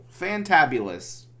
Fantabulous